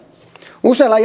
usealla